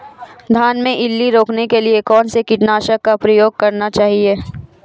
धान में इल्ली रोकने के लिए कौनसे कीटनाशक का प्रयोग करना चाहिए?